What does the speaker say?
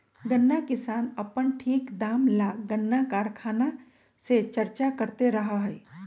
गन्ना किसान अपन ठीक दाम ला गन्ना कारखाना से चर्चा करते रहा हई